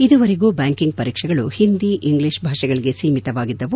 ಇದುವರೆಗೂ ಬ್ಯಾಂಕಿಂಗ್ ಪರೀಕ್ಷೆಗಳು ಹಿಂದಿ ಇಂಗ್ಲಿಷ್ ಭಾಷೆಗಳಿಗೆ ಸೀಮಿತವಾಗಿದ್ದವು